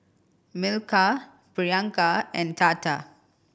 Milkha Priyanka and Tata